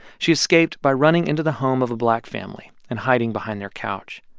she escaped by running into the home of a black family and hiding behind their couch.